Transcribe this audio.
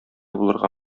булырга